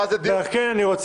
אני,